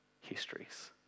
histories